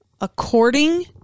according